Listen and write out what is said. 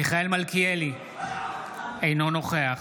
מיכאל מלכיאלי, אינו נוכח